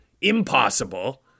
impossible